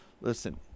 Listen